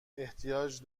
احتیاج